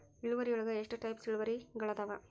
ಇಳುವರಿಯೊಳಗ ಎಷ್ಟ ಟೈಪ್ಸ್ ಇಳುವರಿಗಳಾದವ